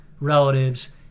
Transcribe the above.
relatives